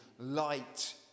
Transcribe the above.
light